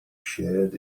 shared